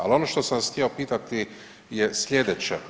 Ali ono što sam vas htio pitati je slijedeće.